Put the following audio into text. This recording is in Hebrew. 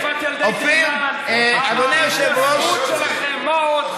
חטיפת ילדי תימן, ההתנשאות שלכם, מה עוד?